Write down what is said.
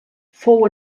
fou